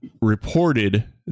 reported